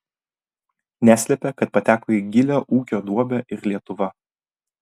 neslepia kad pateko į gilią ūkio duobę ir lietuva